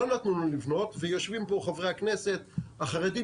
לא נתנו לנו לבנות ויושבים כאן חברי כנסת החרדים,